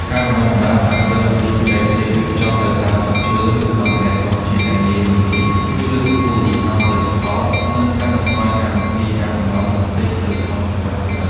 ការបណ្តុះបណ្តាលសហគ្រិនអំពីបច្ចេកទេសវេចខ្ចប់ដោយប្រើស្លឹកឈើ ឬសម្ភារៈធម្មជាតិដែលងាយរលាយ ជួយលើកកម្ពស់យីហោផលិតផល និងកាត់បន្ថយការបំភាយកាកសំណល់ផ្លាស្ទិកទៅក្នុងប្រភពទឹក។